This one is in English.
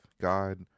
God